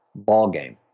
ballgame